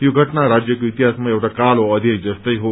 यो घटना राज्यको इतिहासमा एउटा कालो अध्याय जस्तै हो